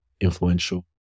influential